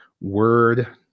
word